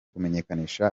kumenyesha